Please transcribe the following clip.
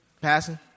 Passing